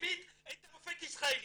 תקציבית אופק ישראלי.